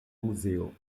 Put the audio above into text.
muzeo